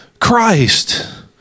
Christ